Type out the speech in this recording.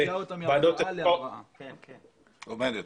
עומדת.